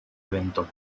evento